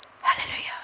Hallelujah